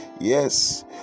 Yes